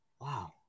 Wow